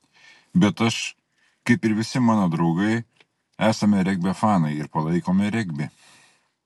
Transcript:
bet aš kaip ir visi mano draugai esame regbio fanai ir palaikome regbį